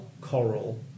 coral